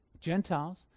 Gentiles